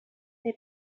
they